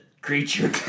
creature